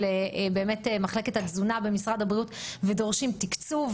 מחלקת התזונה במשרד הבריאות ודורשים תקצוב.